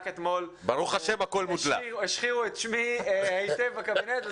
רק אתמול השחירו את שמי היטב בקבינט,